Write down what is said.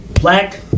Black